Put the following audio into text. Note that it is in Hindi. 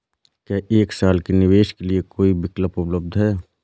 क्या एक साल के निवेश के लिए कोई विकल्प उपलब्ध है?